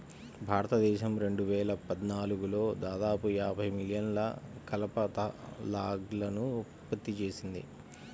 భారతదేశం రెండు వేల పద్నాలుగులో దాదాపు యాభై మిలియన్ల కలప లాగ్లను ఉత్పత్తి చేసింది